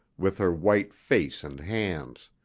with her white face and hands.